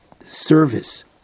service